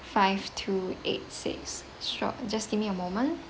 five two eight six stroke just give me a moment